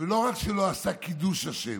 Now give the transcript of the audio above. שלא רק שלא עשה קידוש השם,